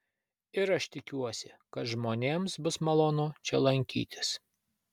ir aš tikiuosi kad žmonėms bus malonu čia lankytis